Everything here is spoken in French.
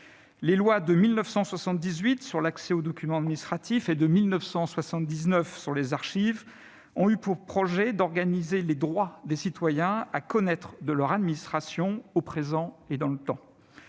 Les lois de 1978 sur l'accès aux documents administratifs et de 1979 sur les archives ont eu pour objet d'organiser les droits des citoyens à connaître de leur administration au présent et dans le temps.